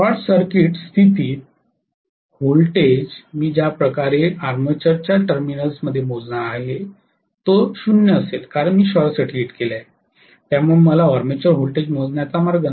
short स्थितीत ही voltage मी ज्या प्रकारे आर्मेचरच्या टर्मिनल्समध्ये मोजणार आहे तो 0 असेल कारण मी शॉर्टसर्किट केले आहे त्यामुळे मला आर्मेचर व्होल्टेज मोजण्याचा मार्ग नाही